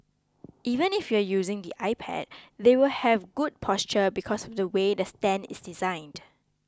even if you're using the iPad they will have good posture because of the way the stand is designed